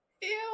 Ew